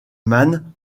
mann